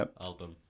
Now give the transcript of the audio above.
album